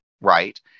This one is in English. right